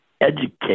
educate